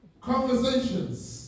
Conversations